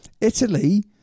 Italy